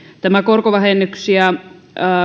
tämän korkovähennyksiä